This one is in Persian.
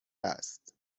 است